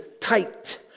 tight